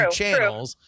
channels